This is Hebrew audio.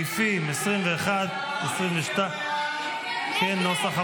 סעיפים 21 22 נתקבלו.